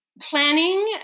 planning